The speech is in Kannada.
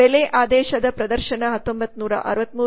ಬೆಲೆ ಆದೇಶದ ಪ್ರದರ್ಶನ 1963